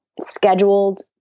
scheduled